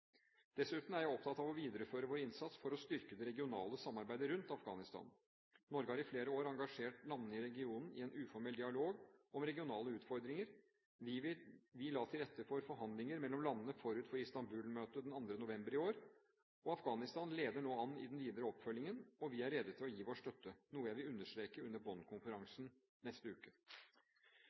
Dessuten er jeg opptatt av å videreføre vår innsats for å styrke det regionale samarbeidet rundt Afghanistan. Norge har i flere år engasjert landene i regionen i en uformell dialog om regionale utfordringer. Vi la til rette for forhandlinger mellom landene forut for Istanbul-møtet den 2. november i år. Afghanistan leder nå an i den videre oppfølgingen, og vi er rede til å gi vår videre støtte – noe jeg vil understreke under Bonn-konferansen neste uke.